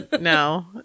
No